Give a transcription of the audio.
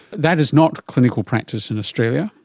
that is not clinical practice in australia.